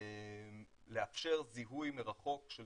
לאפשר זיהוי מרחוק של